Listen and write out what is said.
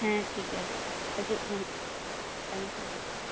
ᱦᱮᱸ ᱴᱷᱤᱠ ᱜᱮᱭᱟ ᱦᱟ ᱡᱩᱜᱼᱢᱮ ᱟᱭᱢᱟ ᱥᱟᱨᱦᱟᱣ